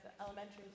elementary